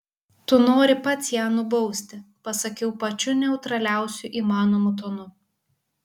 tu nori pats ją nubausti pasakiau pačiu neutraliausiu įmanomu tonu